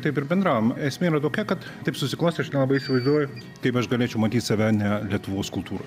taip ir bendraujam esmė yra tokia kad taip susiklostė aš nelabai įsivaizduoju kaip aš galėčiau matyt save ne lietuvos kultūroj